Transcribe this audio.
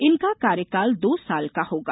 इनका कार्यकाल दो साल का होगा